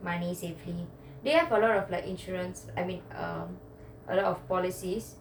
money safely they have a lot of like insurance I mean a a lot of policies